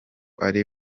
ari